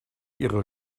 ihre